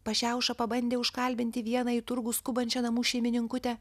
pašiauša pabandė užkalbinti vieną į turgų skubančią namų šeimininkutę